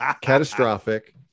catastrophic